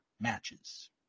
matches